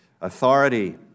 authority